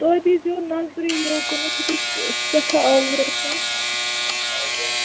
توتہِ دیٖزِہو نَظرِے یوٚکُنَتھ تُہۍ چھُ سٮ۪ٹھاہ آوُر آسان آورٮ۪ر